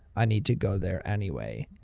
i need to go there anyway.